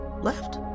left